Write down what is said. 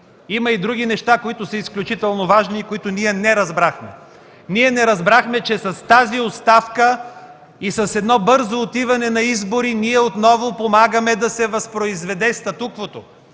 Има и други неща, които са изключително важни и които не разбрахме. Ние не разбрахме, че с тази оставка и с едно бързо отиване на избори отново помагаме да се възпроизведе статуквото